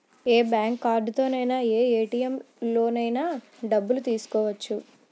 ఏ bank కార్డుతోనైన ఏ ATM లోనైన డబ్బులు తీసుకోవచ్చు